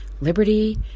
liberty